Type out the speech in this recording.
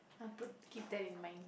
I put keep that in mind